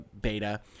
beta